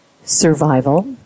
survival